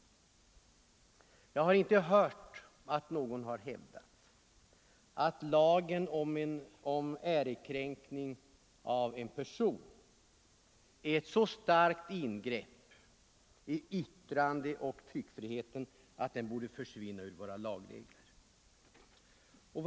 Jag har inte hört att någon hävdat att lagen om ärekränkning av en person är ett så starkt ingrepp i yttrandeoch tryckfriheten att den borde försvinna ur våra lagregler.